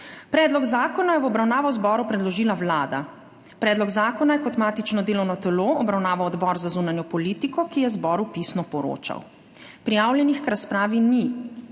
Predlog zakona je v obravnavo zboru predložila Vlada. Predlog zakona je kot matično delovno telo obravnaval Odbor za zunanjo politiko, ki je zboru pisno poročal. Prijavljenih k razpravi ni.